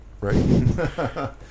right